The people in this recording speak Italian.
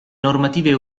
normative